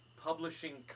Publishing